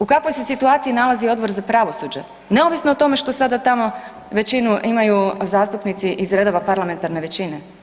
U kakvoj se situaciji nalazi Odbor za pravosuđe, neovisno o tome što sada tamo većinu imaju zastupnici iz redova parlamentarne većine?